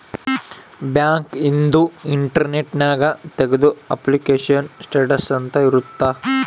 bank ಇಂದು internet ನ್ಯಾಗ ತೆಗ್ದು ಅಪ್ಲಿಕೇಶನ್ ಸ್ಟೇಟಸ್ ಅಂತ ಇರುತ್ತ